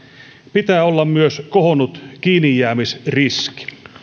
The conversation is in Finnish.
pitää olla myös kohonnut kiinnijäämisriski